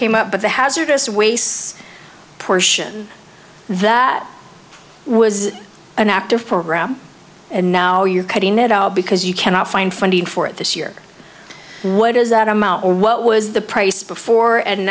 came up but the hazardous waste portion that was an active program and now you're cutting it out because you cannot find funding for it this year what is that amount or what was the price before and